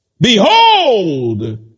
Behold